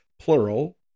plural